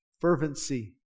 fervency